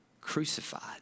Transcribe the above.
crucified